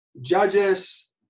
Judges